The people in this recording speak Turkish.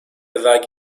vergi